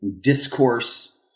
discourse